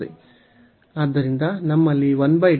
ಆದ್ದರಿಂದ ನಮ್ಮಲ್ಲಿ